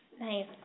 Nice